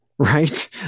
Right